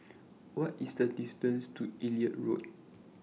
What IS The distance to Elliot Road